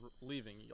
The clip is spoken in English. leaving